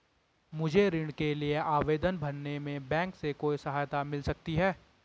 मुझे ऋण के लिए आवेदन भरने में बैंक से कोई सहायता मिल सकती है?